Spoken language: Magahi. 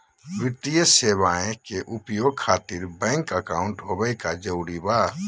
वित्तीय सेवाएं के उपयोग खातिर बैंक अकाउंट होबे का जरूरी बा?